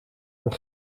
een